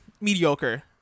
mediocre